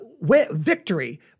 victory